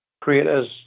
creators